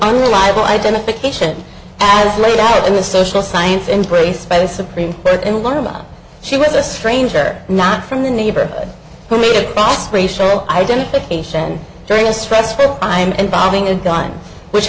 unreliable identification as laid out in the social science and grace by the supreme court and learn about she was a stranger not from the neighborhood who made it both racial identification during a stressful i'm involving a gun which